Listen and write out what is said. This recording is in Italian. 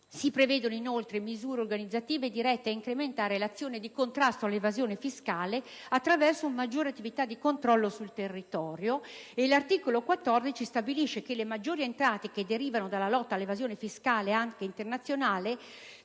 Si prevedono inoltre misure organizzative dirette ad incrementare l'azione di contrasto all'evasione fiscale attraverso una maggiore attività di controllo sul territorio. L'articolo 14 stabilisce che le maggiori entrate che provengono dalla lotta all'evasione fiscale, anche internazionale,